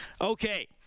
Okay